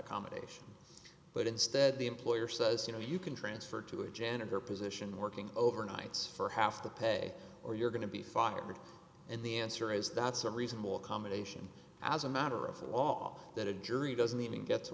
accommodation but instead the employer says you know you can transfer to a janitor position working overnights for half the pay or you're going to be fired and the answer is that's a reasonable accommodation as a matter of law that a jury doesn't even get to